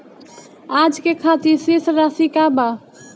आज के खातिर शेष राशि का बा?